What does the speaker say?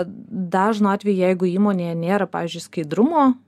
dažnu atveju jeigu įmonėje nėra pavyzdžiui skaidrumo